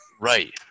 Right